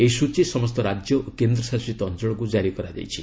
ଏହି ସ୍ଚଚୀ ସମସ୍ତ ରାଜ୍ୟ ଓ କେନ୍ଦ୍ରଶାସିତ ଅଞ୍ଚଳକୁ କାରି କରାଯାଇଛି